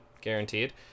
guaranteed